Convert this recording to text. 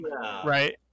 right